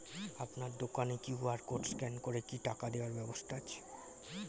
আপনার দোকানে QR code scan করে কি টাকা দেওয়ার ব্যবস্থা আছে?